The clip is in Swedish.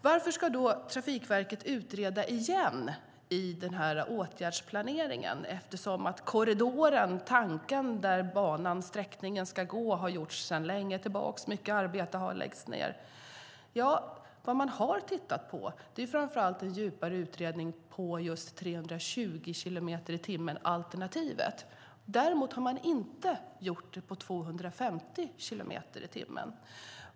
Varför ska då Trafikverket utreda igen i den här åtgärdsplaneringen, eftersom tanken på korridoren, den bana där sträckningen ska gå, har funnits sedan lång tid tillbaka och mycket arbete har lagts ned? Vad man har tittat på är framför allt en djupare utredning om just alternativet 320 kilometer i timmen. Däremot har man inte utrett alternativet 250 kilometer i timmen.